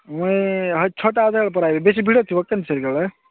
ମୁଇଁ ହଇ ଛଅଟା ଅଧେ ବେଳେ ପରା ଆଇବି ବେଶୀ ଭିଡ଼ ଥିବ କେମିତି ସେତିକି ବେଳେ